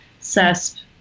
CESP